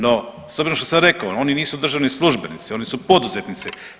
No, s obzirom što sam rekao oni nisu državni službenici, oni su poduzetnici.